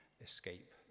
escape